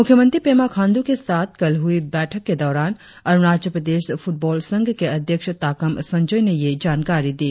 मुख्यमंत्री पेमा खांडू के साथ कल हुई बैठक के दौरान अरुणाचल प्रदेश फुटबाँल संघ के अध्यक्ष ताकम संजोय ने यह जानकारी दी